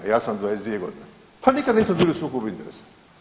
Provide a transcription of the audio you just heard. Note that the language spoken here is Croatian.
Ja sam 22 godine, pa nikad nismo bili u sukobu interesa.